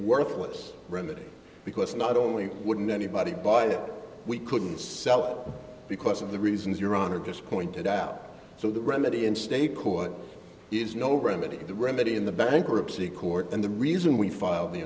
worthless remedy because not only wouldn't anybody but we couldn't sell it because of the reasons your honor just pointed out so the remedy in state court is no remedy the remedy in the bankruptcy court and the reason we filed the